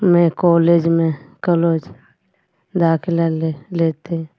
में कॉलेज में कलोज दाख़िला ले लेते